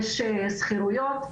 יש שכירויות.